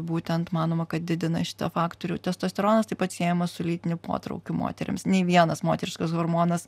būtent manoma kad didina šitą faktorių testosteronas taip pat siejamas su lytiniu potraukiu moterims nei vienas moteriškas hormonas